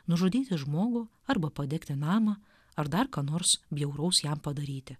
nužudyti žmogų arba padegti namą ar dar ką nors bjauraus jam padaryti